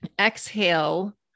exhale